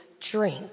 drink